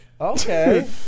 Okay